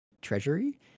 treasury